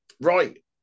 Right